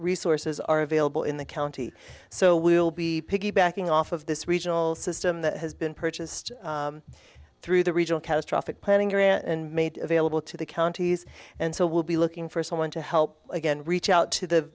resources are available in the county so we'll be piggy backing off of this regional system that has been purchased through the regional catastrophic planning area and made available to the counties and so we'll be looking for someone to help again reach out to the